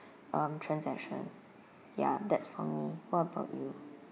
um transaction ya that's for me what about you